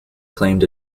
claimed